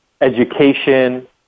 education